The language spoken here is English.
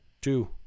two